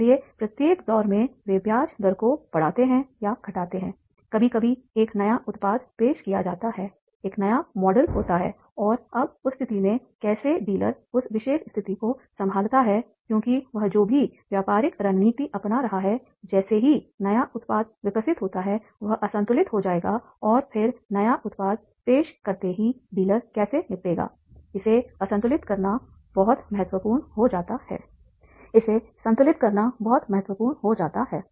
इसलिए प्रत्येक दौर में वे ब्याज दर को बढ़ाते हैं या घटाते हैंकभी कभी एक नया उत्पाद पेश किया जाता है एक नया मॉडल होता है और अब उस स्थिति में कैसे डीलर उस विशेष स्थिति को संभालता है क्योंकि वह जो भी व्यापारिक रणनीति अपना रहा है जैसे ही नया उत्पाद विकसित होता है वह असंतुलित हो जाएगा और फिर नया उत्पाद पेश करते ही डीलर कैसे निपटेगा इसे संतुलित करना बहुत महत्वपूर्ण हो जाता है